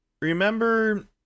Remember